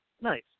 Nice